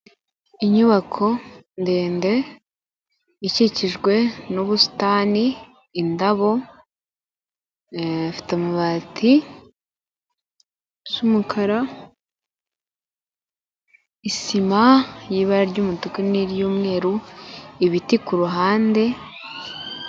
Inyubako ndende ikikijwe n'ubusitani, indabo, ifite amabati y'umukara, isima y'ibara ry'umutuku n'umweru ibiti ku ruhande.